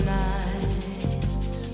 nights